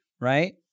right